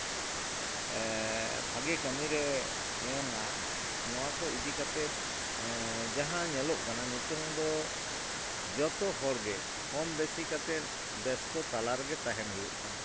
ᱵᱷᱟᱜᱮ ᱠᱟᱹᱢᱤ ᱨᱮ ᱮᱢᱟᱭ ᱱᱚᱣᱟ ᱠᱚ ᱤᱫᱤ ᱠᱟᱛᱮᱫ ᱡᱟᱦᱟᱸ ᱧᱮᱞᱚᱜ ᱠᱟᱱᱟ ᱱᱤᱛᱳᱝ ᱫᱚ ᱡᱚᱛᱚ ᱦᱚᱲ ᱜᱮ ᱠᱚᱢ ᱵᱤᱥᱤ ᱠᱟᱛᱮᱫ ᱵᱮᱥᱛᱚ ᱛᱟᱞᱟ ᱨᱮᱜᱮ ᱛᱟᱦᱮᱱ ᱦᱩᱭᱩᱜ ᱠᱟᱱᱟ